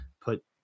put